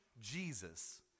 Jesus